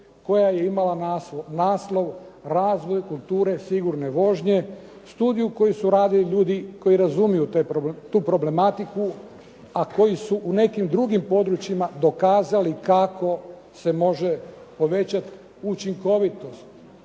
koja je imala naslov razvoj kulture sigurne vožnje, studiju koju su radili ljudi koji razumiju tu problematiku a koji su u nekim drugim područjima dokazali kako se može povećati učinkovitost